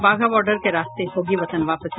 बाघा border के रास्ते होगी वतन वापसी